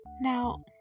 Now